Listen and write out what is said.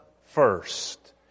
first